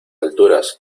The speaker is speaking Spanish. alturas